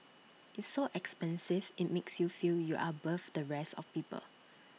it's so expensive IT makes you feel you're above the rest of people